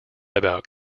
about